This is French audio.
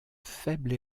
faible